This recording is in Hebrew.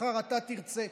מחר אתה תרצה,